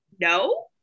no